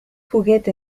juguete